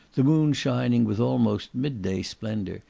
the moon shining with almost midday splendour,